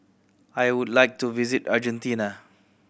I would like to visit Argentina